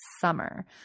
summer